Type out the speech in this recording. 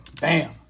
Bam